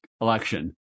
election